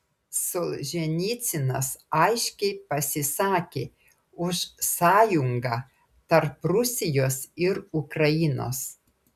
solženicynas aiškiai pasisakė už sąjungą tarp rusijos ir ukrainos